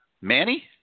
Manny